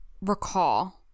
recall